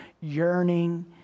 yearning